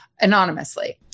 anonymously